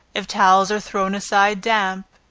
if towels are thrown aside damp,